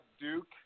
Duke